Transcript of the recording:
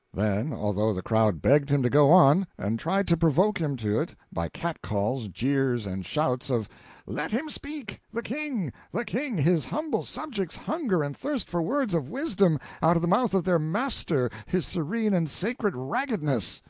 then, although the crowd begged him to go on, and tried to provoke him to it by catcalls, jeers, and shouts of let him speak! the king! the king! his humble subjects hunger and thirst for words of wisdom out of the mouth of their master his serene and sacred raggedness!